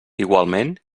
igualment